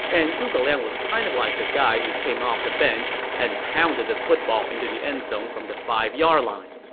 and zhuge liang was kind of like the guy who came off the bench and pounded the football into the end zone from the five yard line.